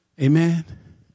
Amen